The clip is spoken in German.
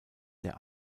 der